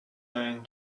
line